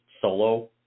solo